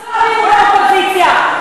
ראש הממשלה המתין עשרות פעמים לאופוזיציה.